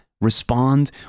respond